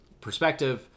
perspective